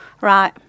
Right